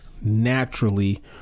naturally